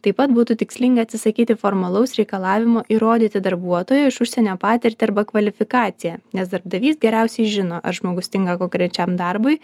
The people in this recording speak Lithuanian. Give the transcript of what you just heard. taip pat būtų tikslinga atsisakyti formalaus reikalavimo įrodyti darbuotojo iš užsienio patirtį arba kvalifikaciją nes darbdavys geriausiai žino ar žmogus tinka konkrečiam darbui